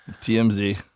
TMZ